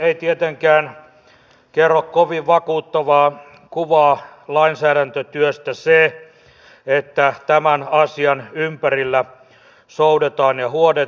ei tietenkään anna kovin vakuuttavaa kuvaa lainsäädäntötyöstä se että tämän asian ympärillä soudetaan ja huovataan